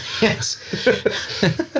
yes